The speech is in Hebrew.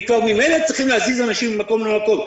אם כבר ממילא צריכים להזיז אנשים ממקום למקום,